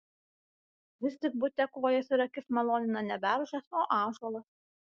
vis tik bute kojas ir akis malonina ne beržas o ąžuolas